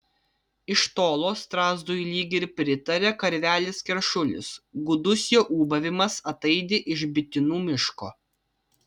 iš tolo strazdui lyg ir pritaria karvelis keršulis gūdus jo ūbavimas ataidi iš bitinų miško